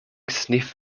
sniff